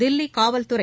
தில்வி காவல்துறை